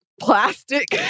plastic